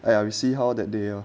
!aiya! see how that day lor